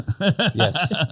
Yes